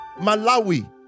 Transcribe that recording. Malawi